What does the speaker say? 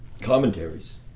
commentaries